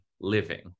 living